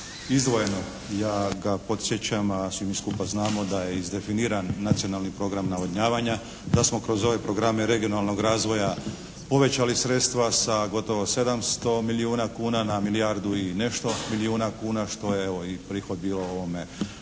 izdvojeno. Ja ga podsjećam, a svi mi skupa znamo da je izdefiniran nacionalni program navodnjavanja, da smo kroz ove programe regionalnog razvoja povećali sredstva sa gotovo 700 milijuna kuna na milijardu i nešto milijuna kuna, što je evo i prihod bio ovome